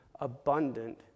abundant